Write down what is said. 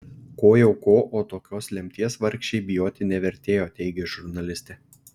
ko jau ko o tokios lemties vargšei bijoti nevertėjo teigia žurnalistė